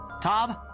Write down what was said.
tom.